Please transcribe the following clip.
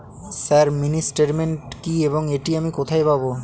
Sir mini statement কি এবং এটি আমি কোথায় পাবো?